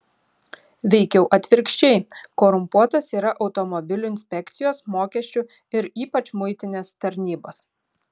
veikiau atvirkščiai korumpuotos yra automobilių inspekcijos mokesčių ir ypač muitinės tarnybos